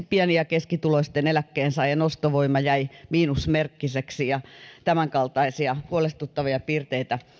pieni ja keskituloisten eläkkeensaajien ostovoima jäi miinusmerkkiseksi kun teetimme tietopalvelulla laskelmia tämänkaltaisia huolestuttavia piirteitä